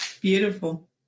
Beautiful